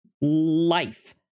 life